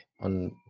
on